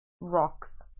rocks